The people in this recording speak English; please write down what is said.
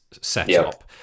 setup